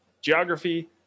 geography